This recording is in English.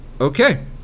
okay